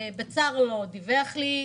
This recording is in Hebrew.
בצר לו הוא דיווח לי.